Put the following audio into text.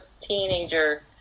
teenager